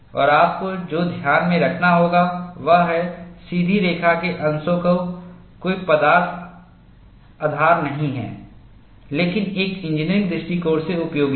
और आपको जो ध्यान में रखना होगा वह है सीधी रेखा के अंशों का कोई पदार्थ आधार नहीं है लेकिन एक इंजीनियरिंग दृष्टिकोण से उपयोगी हैं